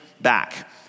back